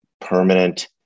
permanent